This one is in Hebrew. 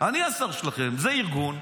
אני השר שלכם, זה ארגון.